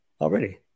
Already